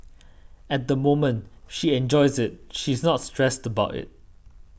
at the moment she enjoys it she's not stressed about it